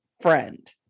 friend